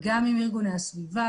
גם עם ארגוני הסביבה,